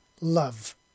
Love